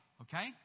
Okay